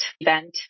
event